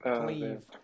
leave